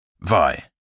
vi